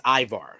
Ivar